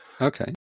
Okay